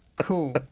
Cool